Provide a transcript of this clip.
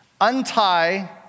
Untie